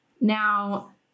Now